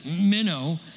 minnow